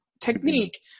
technique